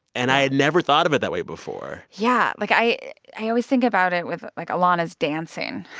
and i had never thought of it that way before yeah. like, i i always think about it with, like, ilana's dancing